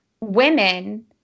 women